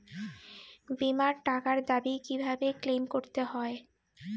বিমার টাকার দাবি কিভাবে ক্লেইম করতে হয়?